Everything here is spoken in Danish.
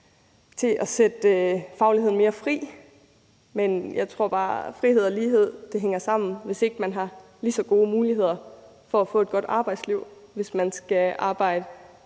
til at sætte fagligheden mere fri, men jeg tror bare, at frihed og lighed hænger sammen. Hvis ikke man har lige så gode muligheder for at få et godt arbejdsliv, når man vil arbejde